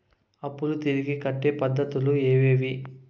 అప్పులు తిరిగి కట్టే పద్ధతులు ఏవేవి